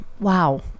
wow